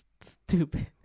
stupid